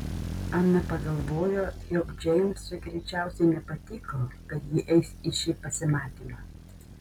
ana pagalvojo jog džeimsui greičiausiai nepatiko kad ji eis į šį pasimatymą